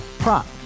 Prop